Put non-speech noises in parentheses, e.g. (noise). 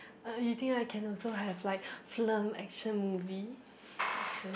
uh you think I can also have like film action movie (breath)